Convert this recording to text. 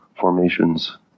formations